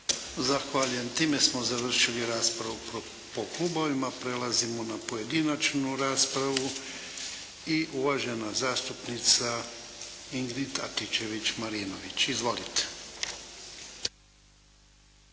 Zahvaljujem. Time smo završili raspravu po klubovima. Prelazimo na pojedinačnu raspravu i uvažena zastupnica Ingrid Antičević-Marinović. Izvolite.